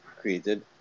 created